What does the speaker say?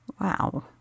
Wow